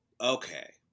Okay